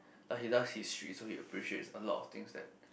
he does history so he appreciates a lot of things that